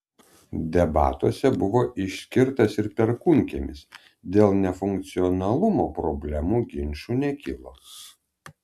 debatuose buvo išskirtas ir perkūnkiemis dėl nefunkcionalumo problemų ginčų nekilo